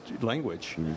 language